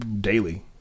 daily